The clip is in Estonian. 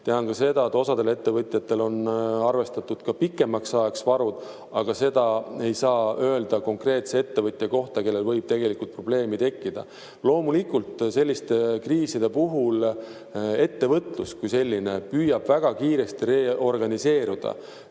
Tean ka seda, et osal ettevõtjatel on arvestatud ka pikemaks ajaks varud, aga seda ei saa öelda [iga] konkreetse ettevõtja kohta, kellel võib probleeme tekkida. Loomulikult, selliste kriiside puhul ettevõtlus kui selline püüab väga kiiresti reorganiseeruda.